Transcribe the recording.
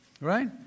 Right